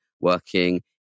working